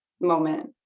moment